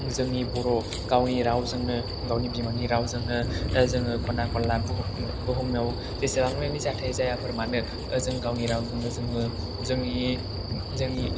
जोंनि बर' गावनि रावजोंनो गावनि बिमानि रावजोंनो ओ जोङो खना खनला बुहुमाव जेसेबांमानि जाथाय जायाथों मानो ओ जों गावनि रावजोंनो जों जोंनि ओ जोंनि